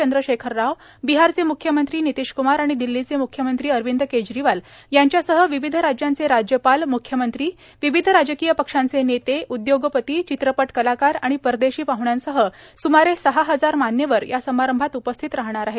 चंद्रशेखर राव बिहारचे मुख्यमंत्री नितीश कुमार आणि दिल्लीचे मुख्यमंत्री अरविंद केजरीवाल यांच्यासह विविध राज्यांचे राज्यपाल मुख्यमंत्री विविध राजकीय पक्षांचे नेते उद्योगपती चित्रपट कलाकार आणि परदेशी पाहण्यांसह सुमारे सहा हजार मान्यवर या समारंभात उपस्थित राहणार आहेत